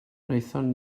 wnaethon